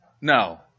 No